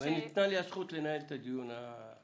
וניתנה לי הזכות לנהל את הדיון הזה.